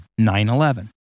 9-11